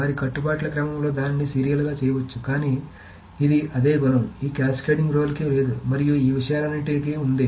వారి కట్టుబాట్ల క్రమంలో దీనిని సీరియల్గా చేయవచ్చు కానీ ఇది అదే గుణం ఈ క్యాస్కేడింగ్ రోల్కి లేదు మరియు ఈ విషయాలన్నింటికీ ఉంది